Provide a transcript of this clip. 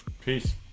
Peace